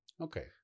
Okay